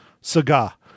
saga